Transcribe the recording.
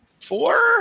Four